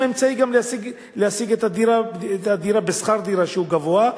אמצעי להשיג את הדירה בשכר דירה שהוא גבוה,